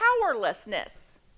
Powerlessness